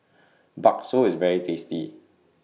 Bakso IS very tasty